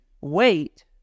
wait